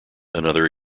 another